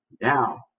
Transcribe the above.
now